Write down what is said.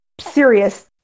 serious